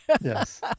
yes